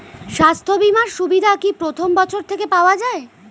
স্বাস্থ্য বীমার সুবিধা কি প্রথম বছর থেকে পাওয়া যায়?